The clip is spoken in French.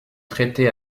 traité